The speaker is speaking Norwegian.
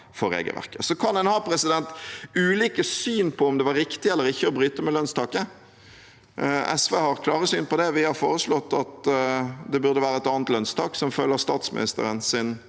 Så kan en ha ulike syn på om det var riktig eller ikke å bryte med lønnstaket. SV har et klart syn på det. Vi har foreslått at det burde være et annet lønnstak, som følger statsministerens